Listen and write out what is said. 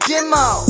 Demo